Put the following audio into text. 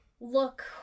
look